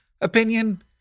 opinion